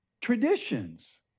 Traditions